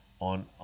on